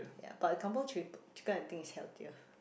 ya but the kampung chi~ chicken I think is healthier